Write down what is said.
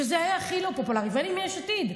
שזה היה הכי לא פופולרי, ואני מיש עתיד.